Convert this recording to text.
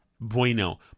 bueno